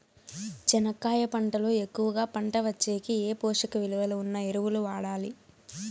చెనక్కాయ పంట లో ఎక్కువగా పంట వచ్చేకి ఏ పోషక విలువలు ఉన్న ఎరువులు వాడాలి?